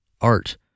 art